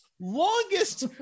longest